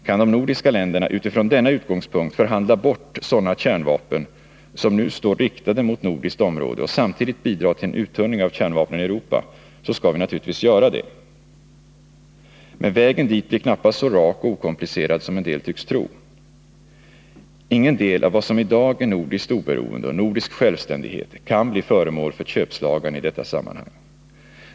Kan de nordiska länderna från denna utgångspunkt förhandla bort sådana kärnvapen som nu står riktade mot nordiskt område och samtidigt bidra till en uttunning av kärnvapnen i Europa, så skall vi naturligtvis göra det. Men vägen dit blir knappast så rak och okomplicerad som en del tycks tro. Ingen del av vad som i dag är nordiskt oberoende och nordisk självständighet kan bli föremål för köpslagan i detta sammanhang.